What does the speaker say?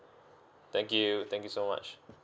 thank you thank you so much